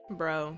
bro